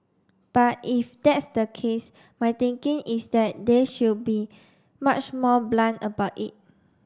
but if that's the case my thinking is that they should be much more blunt about it